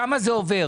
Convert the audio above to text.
שם זה עובר.